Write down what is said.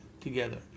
together